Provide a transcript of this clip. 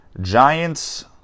Giants